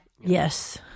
Yes